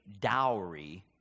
dowry